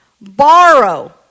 borrow